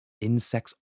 insects